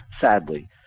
sadly